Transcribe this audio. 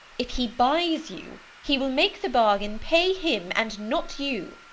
if he buys you, he will make the bargain pay him and not you.